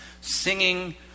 Singing